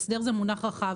הסדר זה מונח רחב.